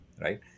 right